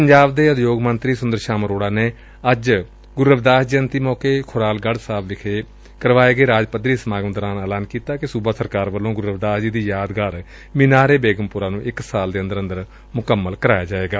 ਪੰਜਾਬ ਦੇ ਉਦਯੋਗ ਮੰਤਰੀ ਸੁੰਦਰ ਸ਼ਾਮ ਅਰੋੜਾ ਨੇ ਅੱਜ ਸ਼ੀ ਗੁਰੁ ਰਵੀਦਾਸ ਜੈਯੰਤੀ ਮੌਕੇ ਖੁਰਾਲਗੜ ਸਾਹਿਬ ਵਿਖੇ ਕਰਵਾਏ ਗਏ ਰਾਜ ਪੱਧਰੀ ਸਮਾਗਮ ਦੌਰਾਨ ਐਲਾਨ ਕੀਤਾ ਕਿ ਸੁਬਾ ਸਰਕਾਰ ਵਲੋ ਸ਼ੀ ਗੁਰੁ ਰਵਿਦਾਸ ਜੀ ਦੀ ਯਾਦਗਾਰ ਮੀਨਾਰ ਏ ਬੇਗਮਪੁਰਾ ਨੂੰ ਇਕ ਸਾਲ ਦੇ ਅੰਦਰ ਮੁਕੰਮਲ ਕਰਵਾਇਆ ਜਾਵੇਗਾ